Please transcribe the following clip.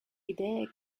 idee